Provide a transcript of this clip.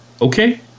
Okay